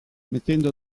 mettendo